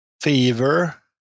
Fever